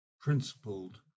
principled